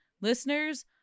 listeners